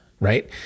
Right